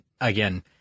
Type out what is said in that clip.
again